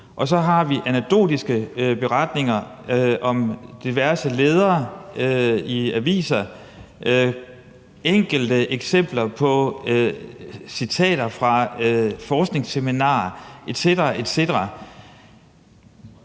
og så har vi anekdotiske beretninger og diverse ledere i aviser og enkelte eksempler på citater fra forskningsseminarer etc. etc.